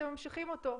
אתם ממשיכים אותו.